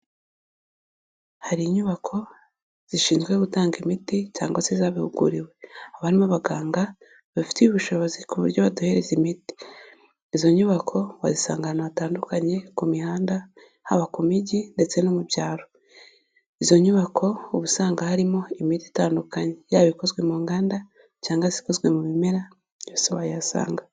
Hari inyubako zishinzwe gutanga imiti cyangwa se zabuhuguriwe, haba harimo abaganga bafitiye ubushobozi ku buryo baduhereza imiti. Izo nyubako wazisanga ahantu hatandukanye ku mihanda, haba ku mijyi ndetse no mu byaro. Izo nyubako ubu usanga harimo imiti itandukanye yaba ikozwe mu nganda, cyangwa se ikozwe mu bimera yose wayasanga.